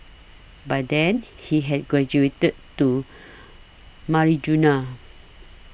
by then he had graduated to marijuana